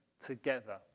together